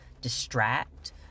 distract